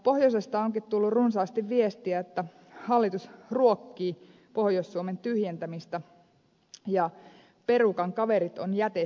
pohjoisesta onkin tullut runsaasti viestejä että hallitus ruokkii pohjois suomen tyhjentämistä ja perukan kaverit on jätetty jo